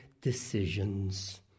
decisions